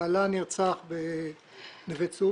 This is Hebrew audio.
שבעלה נרצח בנוה צוף.